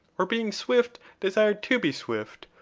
or being swift desired to be swift,